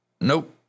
nope